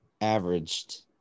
Averaged